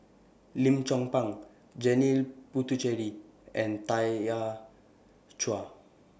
Lim Chong Pang Janil Puthucheary and Tanya Chua